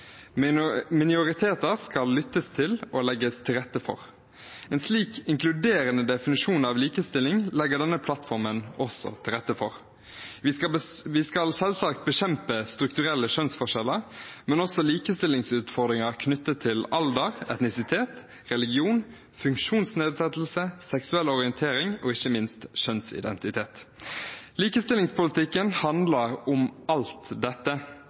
mulighetene. Minoriteter skal lyttes til og legges til rette for. En slik inkluderende definisjon av likestilling legger denne plattformen også til rette for. Vi skal selvsagt bekjempe strukturelle kjønnsforskjeller, men også likestillingsutfordringer knyttet til alder, etnisitet, religion, funksjonsnedsettelse, seksuell orientering og ikke minst kjønnsidentitet. Likestillingspolitikken handler om alt dette,